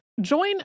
Join